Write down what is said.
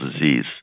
disease